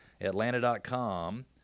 atlanta.com